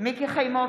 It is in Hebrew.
מיקי חיימוביץ'